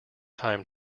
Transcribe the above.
time